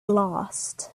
lost